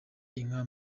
inka